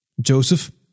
Joseph